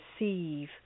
receive